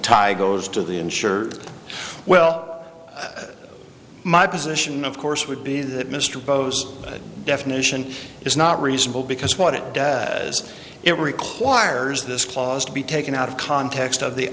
tie goes to the insured well my position of course would be that mr bose definition is not reasonable because what it is it requires this clause to be taken out of context of the